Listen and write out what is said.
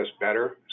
better